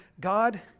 God